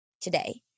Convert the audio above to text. today